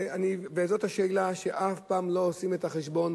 וזאת השאלה, אף פעם לא עושים את החשבון.